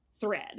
thread